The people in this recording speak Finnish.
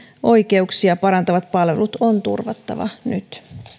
oikeuksia parantavat palvelut on turvattava nyt